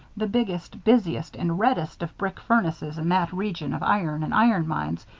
the biggest, busiest, and reddest of brick furnaces, in that region of iron and iron mines,